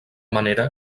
manera